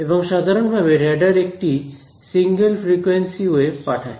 এখন সাধারণভাবে রেডার একটি সিঙ্গেল ফ্রিকোয়েন্সি ওয়েভ পাঠায়